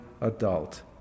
adult